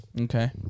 Okay